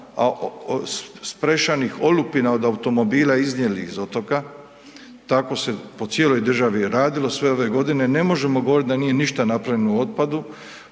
sprešanih olupina od automobila iznijeli iz otoka, tako se po cijeloj državi radilo sve ove godine, ne možemo govoriti da nije ništa napravljeno o otpadu.